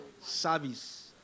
service